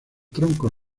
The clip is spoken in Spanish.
troncos